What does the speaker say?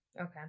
Okay